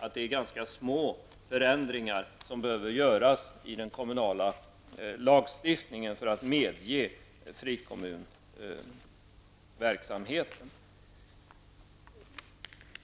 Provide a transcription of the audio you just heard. ändå är ganska små förändringar som behöver genomföras i den kommunala lagstiftningen för att medge frikommunverksamhet.